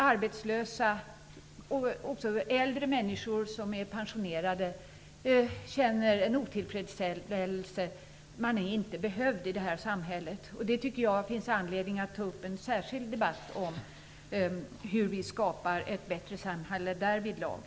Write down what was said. Arbetslösa och äldre människor som är pensionerade känner en otillfredsställelse över att man inte är behövd i det här samhället. Jag tycker att det finns anledning att ta upp en särskild debatt om hur vi skapar ett bättre samhälle därvidlag.